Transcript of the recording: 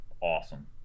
awesome